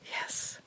Yes